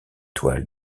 toiles